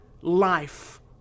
life